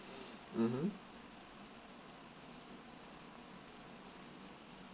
mmhmm